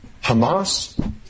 Hamas